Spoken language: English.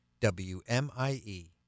WMIE